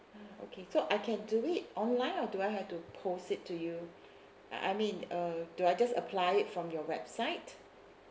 okay so I can do it online or do I have to post it to you I I mean uh do I just apply it from your website